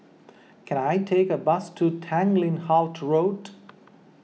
can I take a bus to Tanglin Halt Road